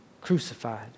crucified